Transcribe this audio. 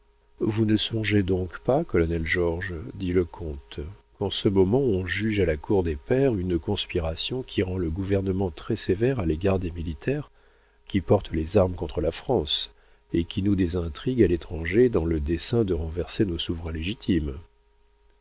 vous ne songez donc pas colonel georges dit le comte qu'en ce moment on juge à la cour des pairs une conspiration qui rend le gouvernement très sévère à l'égard des militaires qui portent les armes contre la france et qui nouent des intrigues à l'étranger dans le dessein de renverser nos souverains légitimes